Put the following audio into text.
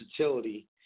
versatility